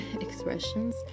expressions